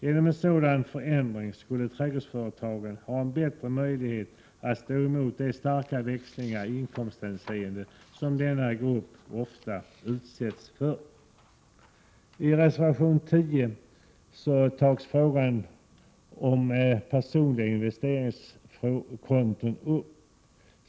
Genom en sådan förändring skulle trädgårdsföretagen ha en bättre möjlighet att stå emot de starka växlingar i inkomsthänseende som företagarna i denna grupp ofta utsätts för. I reservation 10 tas frågan om personliga investeringskonton upp.